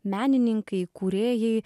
menininkai kūrėjai